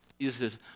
Jesus